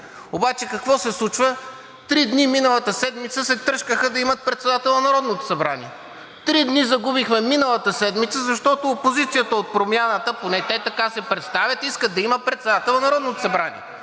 Обаче какво се случва? Три дни миналата седмица се тръшкаха да имат председател на Народното събрание. Три дни загубихме миналата седмица, защото опозицията от Промяната, поне те така се представят, искат да имат председател на Народното събрание.